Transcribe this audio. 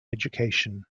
education